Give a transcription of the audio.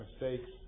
mistakes